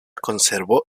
conservó